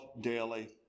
daily